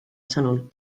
sõnul